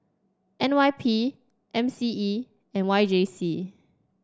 N Y P M C E and Y J C